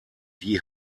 die